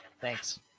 Thanks